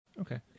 Okay